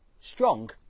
strong